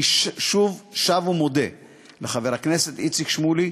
אני שב ומודה לחבר הכנסת איציק שמולי,